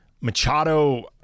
Machado